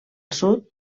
sud